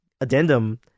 addendum